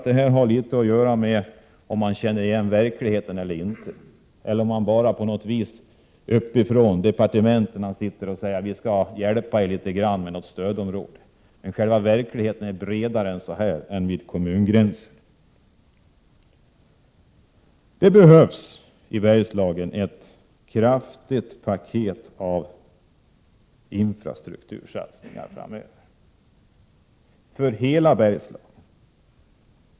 Detta har att göra med om man känner till verkligheten eller om man bara uppifrån departementen säger: Vi skall hjälpa er litet med något stödområde. Nej, verkligheten når längre än till kommungränsen. Det behövs i Bergslagen en kraftig satsning på infrastrukturen. Det gäller hela Bergslagen.